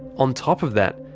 on top of that,